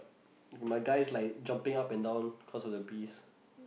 my guy is like jumping up and down cause of the bees